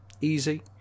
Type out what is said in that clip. easy